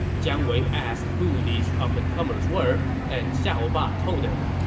jiang wei asked who these up-and-comers were, and xiahou ba told him,